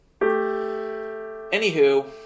Anywho